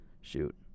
shoot